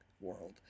world